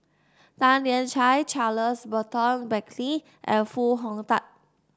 Tan Lian Chye Charles Burton Buckley and Foo Hong Tatt